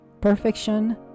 Perfection